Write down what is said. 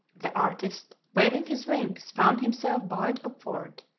the artist, waving his wings, found himself buoyed upward,